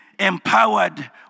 empowered